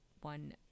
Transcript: one